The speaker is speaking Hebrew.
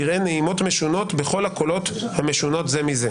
יראה נעימות משונות בכל הקולות המשונות זה מזה.